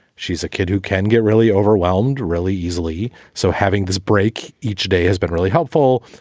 she's a kid who can get really overwhelmed really easily. so having this break each day has been really helpful.